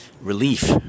relief